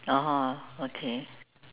(uh huh) okay